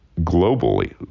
globally